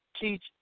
teach